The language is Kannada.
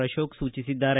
ಅಶೋಕ್ ಸೂಚಿಸಿದ್ದಾರೆ